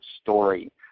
story